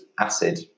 acid